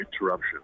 interruption